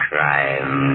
Crime